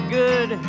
good